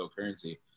cryptocurrency